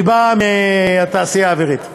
אני בא מהתעשייה האווירית,